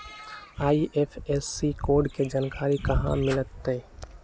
IFSC code के जानकारी कहा मिलतई